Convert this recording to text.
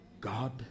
God